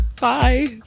Bye